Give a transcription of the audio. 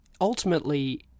ultimately